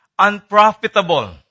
Unprofitable